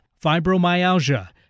fibromyalgia